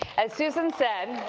as susan said,